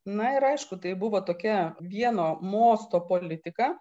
na ir aišku tai buvo tokia vieno mosto politika